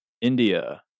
India